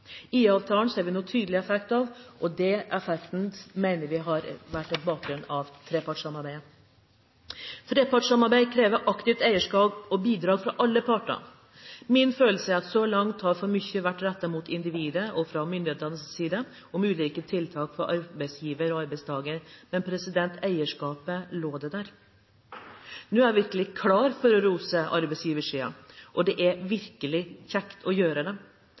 ser vi nå tydelig effekten av, og vi mener at bakgrunnen for det er trepartssamarbeidet. Trepartssamarbeidet krever aktivt eierskap og bidrag fra alle parter. Min følelse er at så langt har for mye vært rettet mot individet og mot myndighetene, med ulike tiltak for arbeidsgiver og arbeidstaker. Men eierskapet, hvor lå det? Nå er jeg virkelig klar for å rose arbeidsgiversiden, og det er virkelig kjekt å gjøre